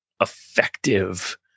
effective